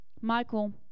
Michael